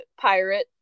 pirate